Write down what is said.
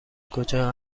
کجا